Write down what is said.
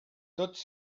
tots